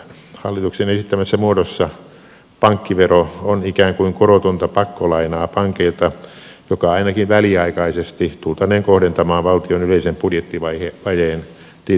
hallituksen esittämässä muodossa pankkivero on ikään kuin korotonta pakkolainaa pankeilta ja se ainakin väliaikaisesti tultaneen kohdentamaan valtion yleisen budjettivajeen tilkitsemiseen